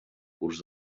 curs